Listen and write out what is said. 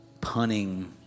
punning